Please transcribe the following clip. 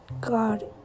God